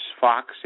Fox